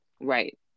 Right